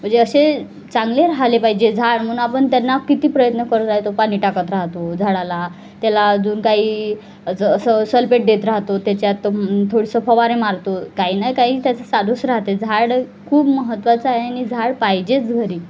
म्हणजे असे चांगले राहिले पाहिजे झाड म्हणून आपण त्यांना किती प्रयत्न करत राहतो पाणी टाकत राहतो झाडाला त्याला अजून काही जसं सलपेट देत राहतो त्याच्यात थोडंसं फवारे मारतो काही ना काही त्याचं चालूच राहते झाड खूप महत्वाचं आहे आणि झाड पाहिजेच घरी